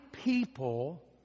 People